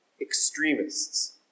extremists